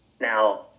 now